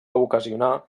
ocasionar